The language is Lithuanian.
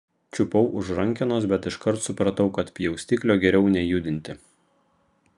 čiupau už rankenos bet iškart supratau kad pjaustiklio geriau nejudinti